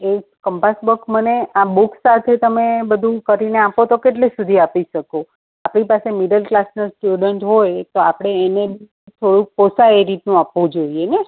એક compass box મને આ બુક્સ સાથે તમે બધું કરીને આપો તો કેટલે સુધી આપી શકો આપણી પાસે મિડલ ક્લાસના સ્ટુડન્ટ હોય તો આપણે એને થોડુંક પોષાય એ રીતનું આપવું જોઈએને